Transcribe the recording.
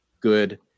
good